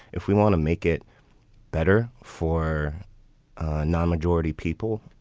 if we want to make it better for non-majority people,